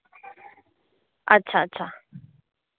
अच्छा अच्छा